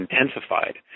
intensified